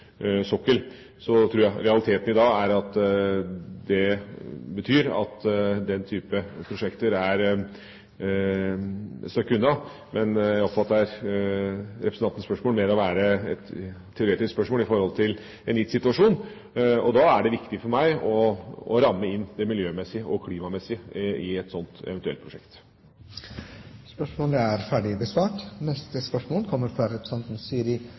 Jeg tror at realiteten i dag er at den type prosjekter er et stykke unna, men jeg oppfatter representantens spørsmål som mer et teoretisk spørsmål i forhold til en gitt situasjon, og da er det viktig for meg å ramme inn det miljømessige og klimamessige i et slikt eventuelt prosjekt. «Et fremtidig nytt klinikkbygg for Norges veterinærhøgskole er